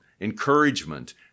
encouragement